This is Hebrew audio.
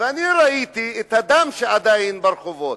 ואני ראיתי את הדם שעדיין היה ברחובות.